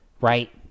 right